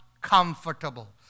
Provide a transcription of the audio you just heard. comfortable